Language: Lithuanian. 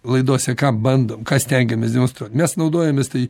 laidose ką bandom ką stengiamės demonstruot mes naudojamės tai